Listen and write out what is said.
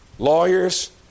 lawyers